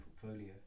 portfolio